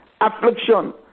affliction